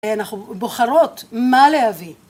אנחנו בוחרות מה להביא